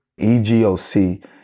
EGOC